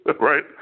right